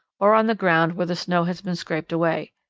or on the ground where the snow has been scraped away.